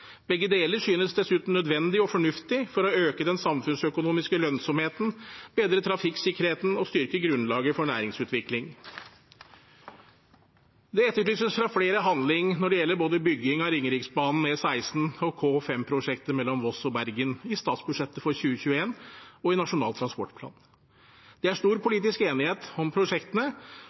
Begge deler synes dessuten nødvendig og fornuftig for å øke den samfunnsøkonomiske lønnsomheten, bedre trafikksikkerheten og styrke grunnlaget for næringsutvikling. Det etterlyses fra flere handling når det gjelder bygging av både Ringeriksbanen/E16 og K5-prosjektet mellom Voss og Bergen, i statsbudsjettet for 2021 og i Nasjonal transportplan. Det er stor politisk enighet om prosjektene,